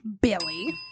Billy